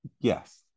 yes